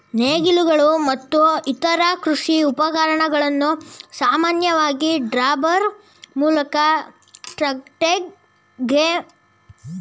ನೇಗಿಲುಗಳು ಮತ್ತು ಇತರ ಕೃಷಿ ಉಪಕರಣಗಳನ್ನು ಸಾಮಾನ್ಯವಾಗಿ ಡ್ರಾಬಾರ್ ಮೂಲಕ ಟ್ರಾಕ್ಟರ್ಗೆ ಜೋಡಿಸ್ತಾರೆ